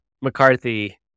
McCarthy